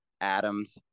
Adams